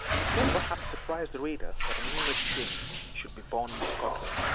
it may perhaps surprise the reader that an english king should be born in scotland.